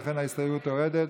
ולכן ההסתייגות יורדת,